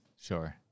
Sure